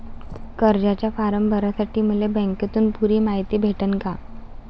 कर्जाचा फारम भरासाठी मले बँकेतून पुरी मायती भेटन का?